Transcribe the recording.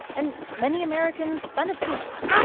and many americans benefit from that.